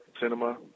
cinema